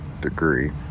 degree